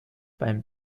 beim